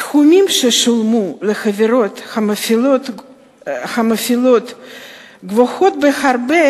הסכומים ששולמו לחברות המפעילות גבוהים בהרבה